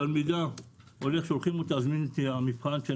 תלמידה שולחים אותה תזמיני מבחן,